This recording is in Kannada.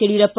ಯಡಿಯೂರಪ್ಪ